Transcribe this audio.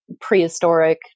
prehistoric